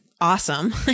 awesome